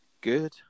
Good